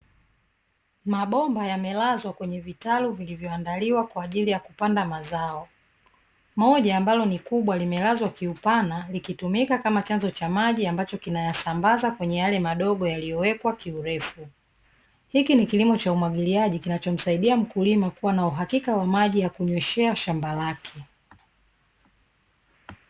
Mabomba yamelazwa kwenye vitalu vilivyoandaliwa kwa ajili ya kupanda mazao. Moja ambalo ni kubwa limelazwa kiupana, likitumika kama chanzo cha maji ambacho kinayasambaza kwenye yale madogo yaliyowekwa kiurefu, Hiki ni kilimo cha umwagiliaji kinachomsaidia mkulima kuwa na uhakika wa maji ya kunyweshea shamba lake.